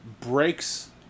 breaks